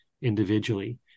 individually